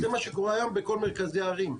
זה מה שקורה היום בכל מרכזי הערים.